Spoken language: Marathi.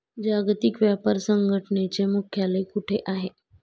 जागतिक व्यापार संघटनेचे मुख्यालय कुठे आहे?